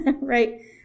right